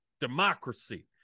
Democracy